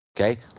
Okay